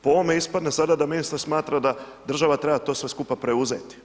Po ovome ispadne sada da ministar smatra da država treba to sve skupa preuzeti.